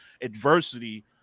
adversity